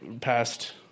past